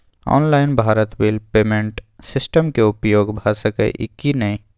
Online Bharat bill payment system के उपयोग भ सके इ की नय?